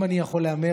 אם אני יכול להמר,